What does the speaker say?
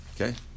Okay